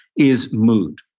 is mood.